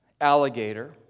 alligator